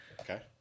Okay